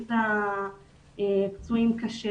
אחוז הפצועים קשה,